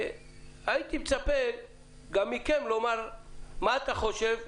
הייתי מצפה גם מכם לומר מה אתם חושבים,